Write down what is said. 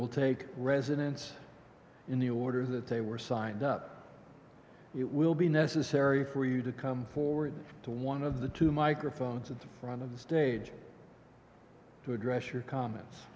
will take residence in the order that they were signed up it will be necessary for you to come forward to one of the two microphones at the front of the stage to address your comments